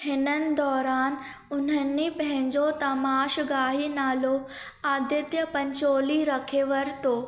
हिननि दौरानि उन्हनि पंहिंजो तमाशगाही नालो आदित्य पंचोली रखे वरितो